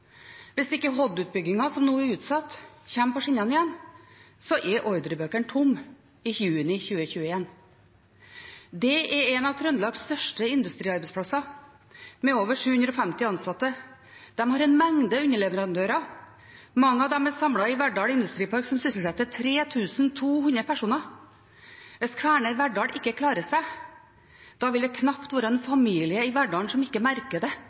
Hvis ikke Hod-utbyggingen, som nå er utsatt, kommer på skinnene igjen, er ordrebøkene tomme i juni 2021. Dette er en av Trøndelags største industriarbeidsplasser, med over 750 ansatte. De har en mengde underleverandører, mange av dem samlet i Verdal industripark, som sysselsetter 3 200 personer. Hvis Kværner Verdal ikke klarer seg, vil det knapt være en familie i Verdal som ikke merker det.